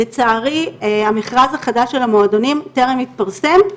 לצערי המכרז החדש של המועדונים טרם התפרסם,